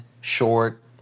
short